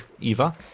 Eva